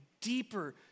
deeper